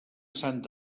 sant